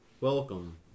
Welcome